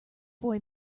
boy